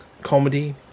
comedy